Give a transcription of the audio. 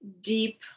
deep